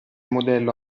modello